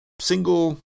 single